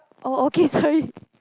oh okay sorry